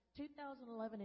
2011